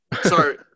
Sorry